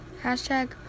hashtag